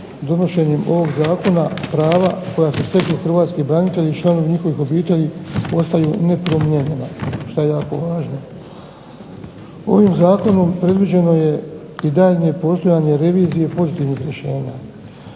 donošenjem ovog zakona prava koja su stekli hrvatski branitelji i članovi njihovih obitelji ostaju nepromijenjena što je jako važno. Ovim zakonom predviđeno je i daljnje postojanje revizije pozitivnih rješenja.